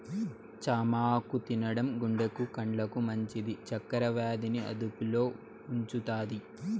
చామాకు తినడం గుండెకు, కండ్లకు మంచిది, చక్కర వ్యాధి ని అదుపులో ఉంచుతాది